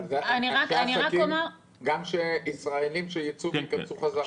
אבל אנשי עסקים, גם ישראלים שייצאו וייכנסו חזרה.